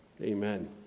Amen